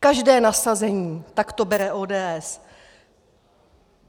Každé nasazení takto bere ODS: